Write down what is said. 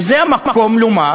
וזה המקום לומר